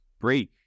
break